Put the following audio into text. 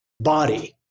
body